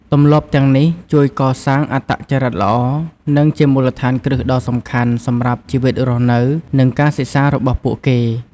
ទម្លាប់ទាំងនេះជួយកសាងអត្តចរិតល្អ និងជាមូលដ្ឋានគ្រឹះដ៏សំខាន់សម្រាប់ជីវិតរស់នៅ និងការសិក្សារបស់ពួកគេ។